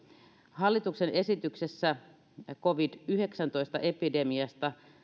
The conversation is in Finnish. hallituksen esityksessä covid yhdeksäntoista epidemiasta